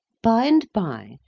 bye-and-bye,